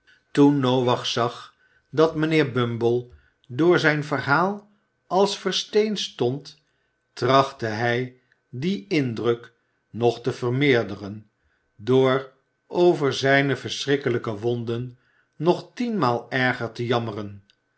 toen noach zag dat mijnheer bumble door zijn verhaal als versteend stond trachtte hij dien indruk nog te vermeerderen door over zijne verschrikkelijke wonden nog tienmaal erger te jammeren